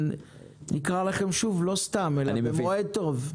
נקרא לכם שוב לא סתם, אלא במועד טוב.